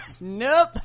Nope